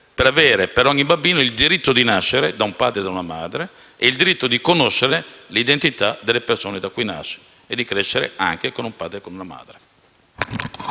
per dare ad ogni bambino il diritto di nascere da un padre e da una madre, il diritto di conoscere l'identità delle persone da cui nasce e di crescere anche con un padre e una madre.